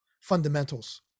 fundamentals